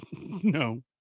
No